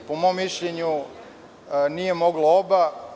Po mom mišljenju nije moglo oba.